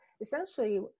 essentially